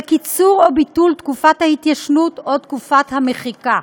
לקיצור או ביטול של תקופת ההתיישנות או תקופת המחיקה.